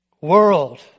world